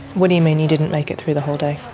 what do you mean you didn't make it through the whole day?